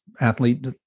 athlete